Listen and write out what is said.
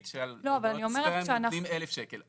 שעל הודעות ספאם נותנים 1,000 שקל.